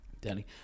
Danny